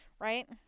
Right